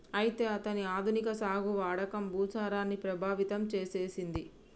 అయితే అతని ఆధునిక సాగు వాడకం భూసారాన్ని ప్రభావితం సేసెసింది